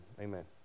Amen